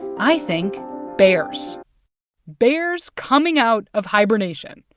i think bears bears coming out of hibernation.